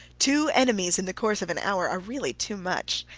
two enemies in the course of an hour are really too much!